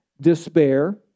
Despair